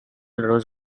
rows